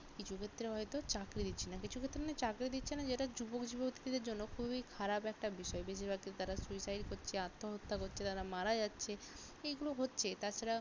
কিছু ক্ষেত্রে হয়তো চাকরি দিচ্ছে না কিছু ক্ষেত্রে মানে চাকরি দিচ্ছে না যেটা যুবক যুবতীদের জন্য খুবই খারাপ একটা বিষয় বেশিরভাগ ক্ষেত্রে তারা সুইসাইড করছে আত্মহত্যা করছে তারা মারা যাচ্ছে এইগুলো হচ্ছে তাছাড়া